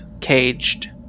caged